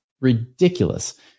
ridiculous